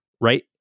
right